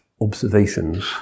observations